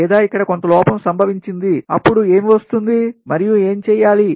లేదా ఇక్కడ కొంత లోపం సంభవించింది అప్పుడు ఏమి వస్తుంది మరియు ఏం చేయాలి